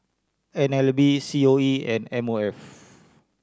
N L B C O E and M O F